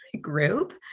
group